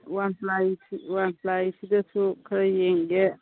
ꯍꯣꯏ ꯋꯥꯟꯄ꯭ꯂꯥꯏꯁꯤꯗꯁꯨ ꯈꯔ ꯌꯦꯡꯒꯦ